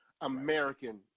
american